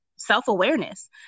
self-awareness